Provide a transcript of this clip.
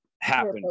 happen